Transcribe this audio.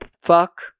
fuck